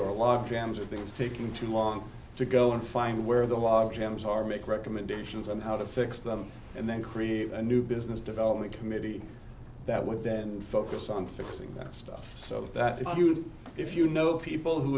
logjams of things taking too long to go and find where the log jams are make recommendations on how to fix them and then create a new business development committee that would then focus on fixing that stuff so that if you if you know people who